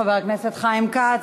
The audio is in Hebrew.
חבר הכנסת חיים כץ.